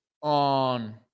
on